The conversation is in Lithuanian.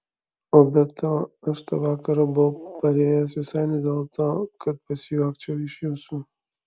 o be to aš tą vakarą buvau parėjęs visai ne dėl to kad pasijuokčiau iš jūsų